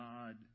God